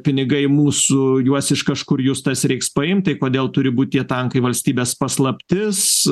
pinigai mūsų juos iš kažkur justas reiks paimti tai kodėl turi būti tie tankai valstybės paslaptis